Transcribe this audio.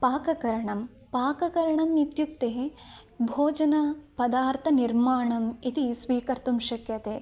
पाककरणं पाककरणम् इत्युक्ते भोजनपदार्थनिर्माणम् इति स्वीकर्तुम् शक्यते